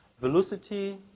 Velocity